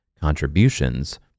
contributions